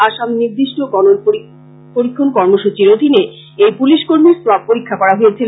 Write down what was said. আসাম নির্দিষ্ট গন পরীক্ষন কর্মসচীর অধীনে এই পুলিশ কর্মীর সোয়াব পরীক্ষা করা হয়েছিল